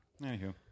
Anywho